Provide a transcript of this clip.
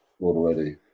already